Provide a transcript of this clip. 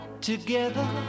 together